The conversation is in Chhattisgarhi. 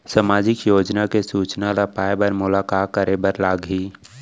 सामाजिक योजना के सूचना ल पाए बर मोला का करे बर लागही?